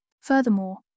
Furthermore